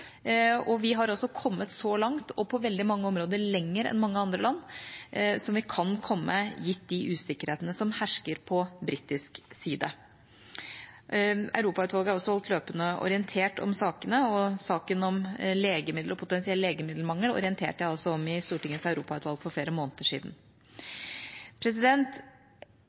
Vi har kommet så langt vi kan komme – på veldig mange områder lenger enn mange andre land – gitt de usikkerhetene som hersker på britisk side. Europautvalget er også holdt løpende orientert om sakene. Saken om legemidler og potensiell legemiddelmangel orienterte jeg om i Stortingets europautvalg for flere måneder siden.